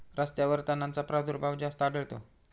रस्त्यांवर तणांचा प्रादुर्भाव जास्त आढळतो